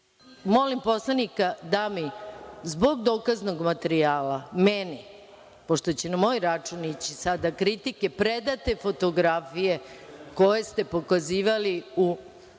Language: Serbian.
poslanika da mi zbog dokaznog materijala, meni, pošto će na moj račun ići sada kritike, da mi predate fotografije koje ste pokazivali dok